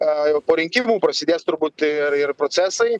a jau po rinkimų prasidės turbūt ir ir procesai